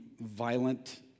violent